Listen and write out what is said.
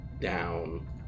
down